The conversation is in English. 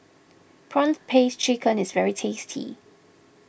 Prawn Paste Chicken is very tasty